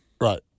Right